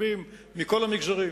מכל המגזרים,